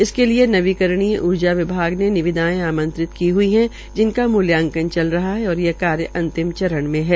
इसके लिए नवीकरण ऊर्जा विभाग ने निविदायें आंमत्रित की हुई है जिनका मूल्यांकन चल रहा है और यह कार्य अंतिम चरण मे है